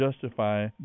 justify